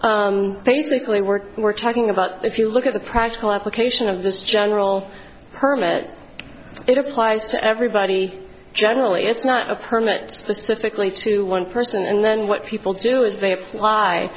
it's basically work we're talking about if you look at the practical application of this general permit it applies to everybody generally it's not a permit specifically to one person and then what people do is they apply